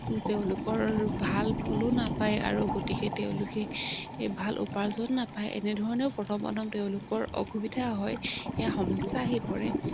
তেওঁলোকৰ ভাল ফলো নাপায় আৰু গতিকে তেওঁলোকে ভাল উপাৰ্জন নাপায় এনেধৰণেও প্ৰথম প্ৰথম তেওঁলোকৰ অসুবিধা হয় সেয়া সমস্যা আহি পৰে